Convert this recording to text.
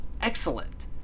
excellent